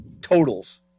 totals